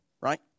right